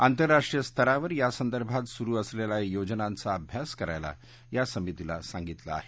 आंतरराष्ट्रीय स्तरावर या संदर्भात सुरु असलेल्या योजनांचा अभ्यास करायला या समितीला सांगितलं आहे